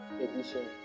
edition